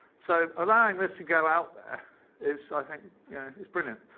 so allowing this to go out there is i think yeah is brilliant.